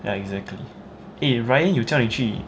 ya exactly eh ryan 有叫你去